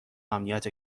امنیت